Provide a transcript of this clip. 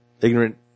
ignorant